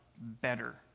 better